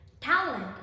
talent